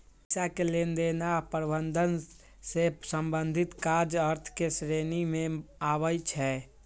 पइसा के लेनदेन आऽ प्रबंधन से संबंधित काज अर्थ के श्रेणी में आबइ छै